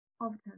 often